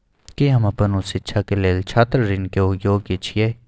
की हम अपन उच्च शिक्षा के लेल छात्र ऋण के योग्य छियै?